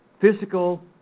physical